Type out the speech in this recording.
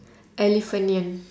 elephanion